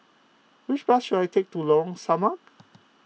which bus should I take to Lorong Samak